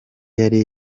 yari